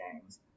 games